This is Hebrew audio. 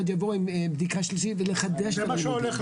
יבוא עם בדיקה שלילית ולחדש את הלימודים,